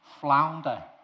flounder